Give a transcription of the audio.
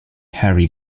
harry